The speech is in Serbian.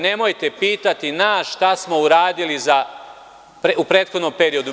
Nemojte pitati nas šta smo uradili u prethodnom periodu.